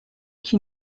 qui